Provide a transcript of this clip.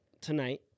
tonight